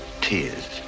tears